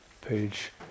Page